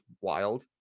wild